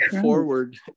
forward